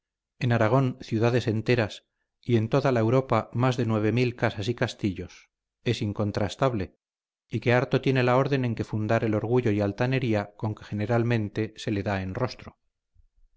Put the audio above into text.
en aragón ciudades enteras y en toda la europa más de nueve mil casas y castillos es incontrastable y que harto tiene la orden en que fundar el orgullo y altanería con que generalmente se le da en rostro